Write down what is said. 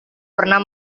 pernah